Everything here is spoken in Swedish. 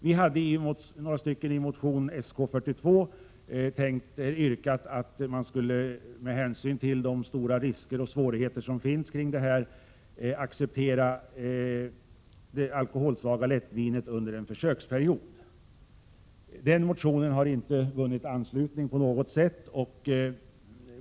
Vi hade i motion Sk42 yrkat att riksdagen, med hänsyn till de stora risker och svårigheter som finns kring det alkoholsvaga lättvinet, skulle acceptera detta under en försöksperiod. Den motionen har inte vunnit anslutning på något sätt.